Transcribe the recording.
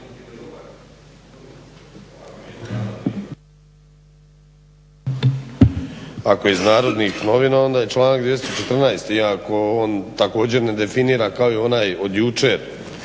ako je iz Narodnih novina onda je članak 214. iako on također ne definira kako ni onaj od jučer